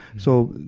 so,